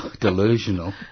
Delusional